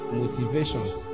motivations